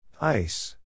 Ice